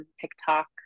TikTok